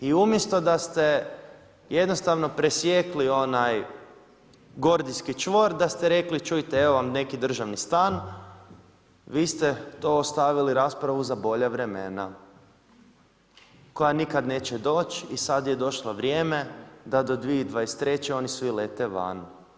I umjesto da ste jednostavno presjekli onaj gordijski čvor, da ste rekli čujte, evo vam neki državni stan, vi ste tu ostavili raspravu za bolja vremena koja nikad neće doći i sad je došlo vrijeme da do 2023. oni svi lete van.